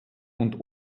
und